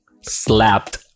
slapped